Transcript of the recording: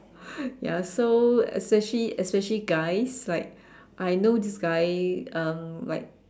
ya so especially especially guys like I know this guy um like